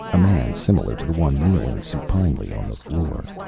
a man similar to the one kneeling supinely on the floor.